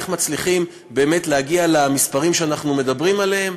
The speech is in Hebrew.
איך מצליחים באמת להגיע למספרים שאנחנו מדברים עליהם.